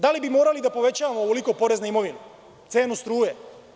Da li bi morali da povećavamo ovoliko porez na imovinu, cenu struje.